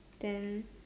then